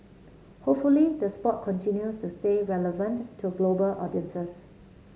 hopefully the sport continues to stay relevant to global audiences